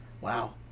Wow